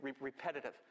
repetitive